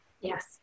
Yes